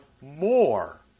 more